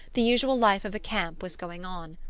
the usual life of a camp was going on.